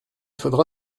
faudra